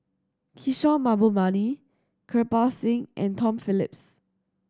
Kishore Mahbubani Kirpal Singh and Tom Phillips